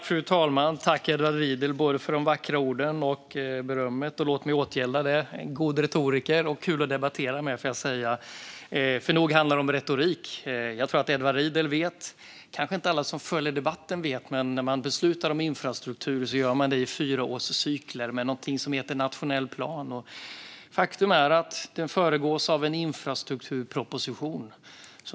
Fru talman! Tack, Edward Riedl, för både de vackra orden och berömmet! Låt mig återgälda det. Han är både en god retoriker och kul att debattera med, för nog handlar det om retorik. Jag tror att Edward Riedl vet, men kanske inte alla som följer debatten vet, att när man beslutar om infrastruktur gör man det i fyraårscykler med någonting som heter nationell plan. Faktum är att den föregås av en infrastrukturproposition.